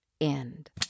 end